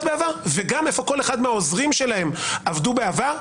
בעבר וגם איפה כל אחד מהעוזרים שלהם עבדו בעבר,